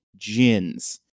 gins